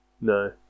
No